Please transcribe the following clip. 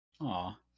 Aw